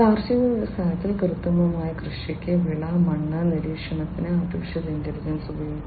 കാർഷിക വ്യവസായത്തിൽ കൃത്യമായ കൃഷിക്ക് വിള മണ്ണ് നിരീക്ഷണത്തിന് AI ഉപയോഗിക്കാം